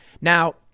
Now